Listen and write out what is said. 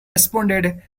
responded